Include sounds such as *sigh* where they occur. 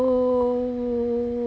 *noise*